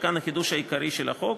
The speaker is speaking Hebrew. וכאן החידוש העיקרי של החוק,